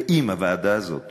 ואם הוועדה הזאת